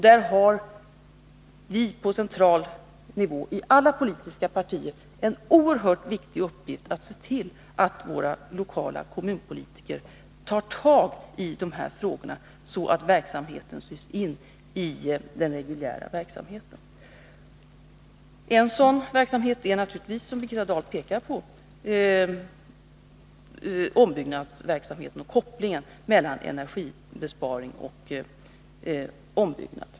Där har vi på central nivå i alla politiska partier en oerhört viktig uppgift att se till att våra lokala kommunpolitiker tar tag i de här frågorna, så att verksamheten styrs in i den reguljära verksamheten. Exempel på sådan verksamhet är naturligtvis, som Birgitta Dahl pekade på, ombyggnadsverksamheten och kopplingen mellan energibesparingen och ombyggnad.